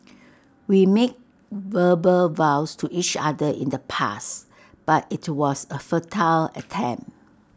we made verbal vows to each other in the past but IT was A futile attempt